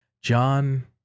John